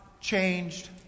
changed